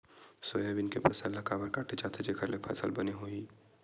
Soybean के फसल ल काबर काटे जाथे जेखर ले फसल बने होही?